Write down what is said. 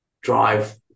drive